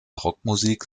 rockmusik